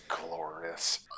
glorious